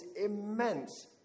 immense